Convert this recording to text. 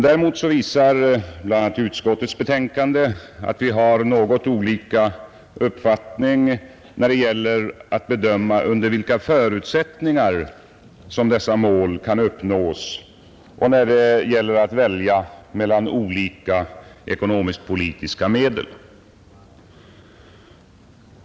Däremot visar finansutskottets betänkande att vi har något olika uppfattning när det gäller att bedöma under vilka förutsättningar som dessa mål kan uppnås och när det gäller att välja mellan olika ekonomisk-politiska medel.